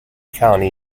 county